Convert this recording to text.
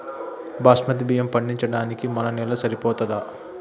బాస్మతి బియ్యం పండించడానికి మన నేల సరిపోతదా?